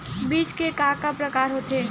बीज के का का प्रकार होथे?